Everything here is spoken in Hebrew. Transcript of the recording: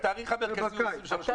אתה אמן, חבר הכנסת פינדרוס.